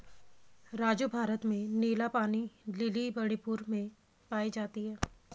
राजू भारत में नीला पानी लिली मणिपुर में पाई जाती हैं